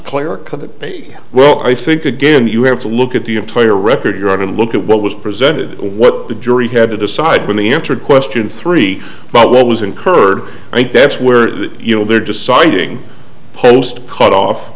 be well i think again you have to look at the entire record you're going to look at what was presented what the jury had to decide when they entered question three but what was incurred i think that's where you know they're deciding post cut off